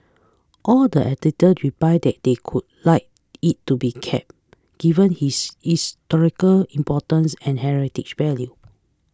all the editor replied that they could like it to be kept given his historical importance and heritage value